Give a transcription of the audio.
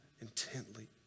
intently